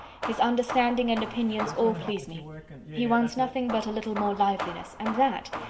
his understanding and opinions all please me he wants nothing but a little more liveliness, and that,